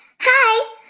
Hi